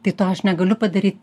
tai to aš negaliu padaryt